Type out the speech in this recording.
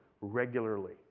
regularly